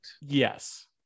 Yes